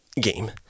game